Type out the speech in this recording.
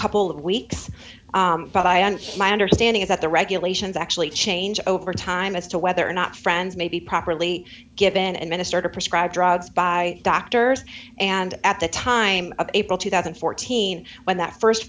couple of weeks but i and my understanding is that the regulations actually change over time as to whether or not friends may be properly given and minister to prescribe drugs by doctors and at the time of april two thousand and fourteen when that